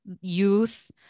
youth